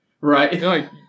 Right